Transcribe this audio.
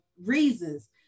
reasons